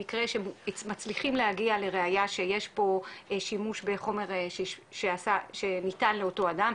במקרה שמצליחים להגיע לראייה שיש פה שימוש בחומר שניתן לאותו אדם,